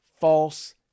false